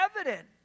evident